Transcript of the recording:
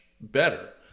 better